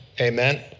Amen